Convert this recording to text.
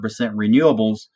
renewables